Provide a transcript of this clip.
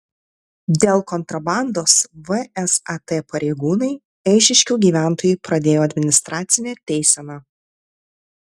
dėl kontrabandos vsat pareigūnai eišiškių gyventojui pradėjo administracinę teiseną